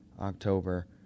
October